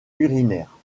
urinaire